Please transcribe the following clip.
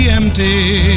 empty